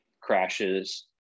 crashes